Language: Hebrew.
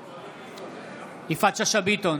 נגד יפעת שאשא ביטון,